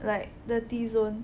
like the t-zone